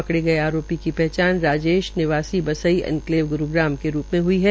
पकड़े गए आरोपी की पहचान राजेश निवासी बसई एन्कलेव गुरूग्राम के रूप मे हई है